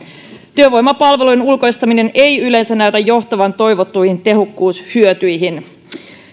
työvoimapalvelujen ulkoistaminen ei yleensä näytä johtavan toivottuihin tehokkuushyötyihin